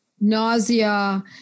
Nausea